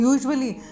Usually